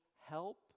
help